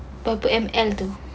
berapa M_L tu